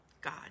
God